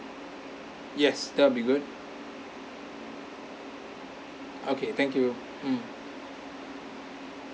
yes that'll be good okay thank you mm